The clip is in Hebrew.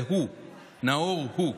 זה Who. Naor who?,